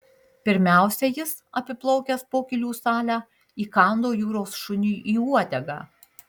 pirmiausia jis apiplaukęs pokylių salę įkando jūros šuniui į uodegą